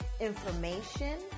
information